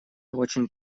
очень